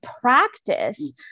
practice